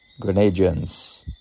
Grenadians